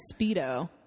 speedo